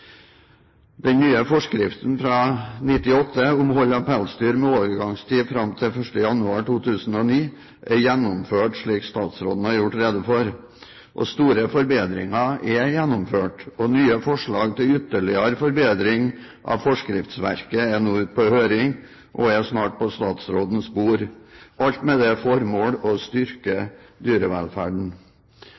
Den nye forskriften fra 1998 om hold av pelsdyr, med overgangstid fram til 1. januar 2009, er gjennomført, slik statsråden har gjort rede for. Store forbedringer er gjennomført. Nye forslag til ytterligere forbedring av forskriftsverket er nå ute på høring og er snart på statsrådens bord, alt med det formål å styrke dyrevelferden.